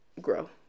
grow